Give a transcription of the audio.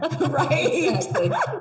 right